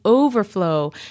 overflow